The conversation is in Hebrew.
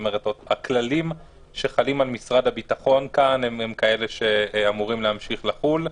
הכללים שחלים על משרד הביטחון כאן הם כאלה שאמורים להמשיך לחול.